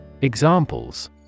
Examples